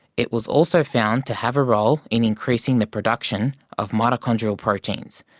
it was also found to have a role in increasing the production of mitochondrial proteins,